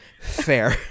fair